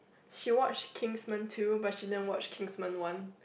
she watched Kingsman two but she didn't watch Kingsman one